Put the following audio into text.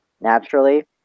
naturally